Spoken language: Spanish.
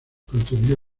contribuyó